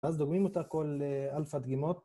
אז דוגמים אותה כל אלפא דגימות.